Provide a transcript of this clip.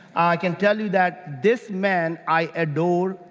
i can tell you that, this man i adore.